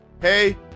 Hey